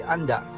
Anda